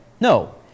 No